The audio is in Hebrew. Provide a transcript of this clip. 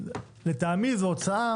לטעמי זו הוצאה